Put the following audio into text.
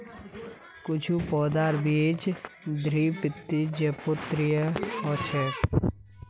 कुछू पौधार बीज द्विबीजपत्री ह छेक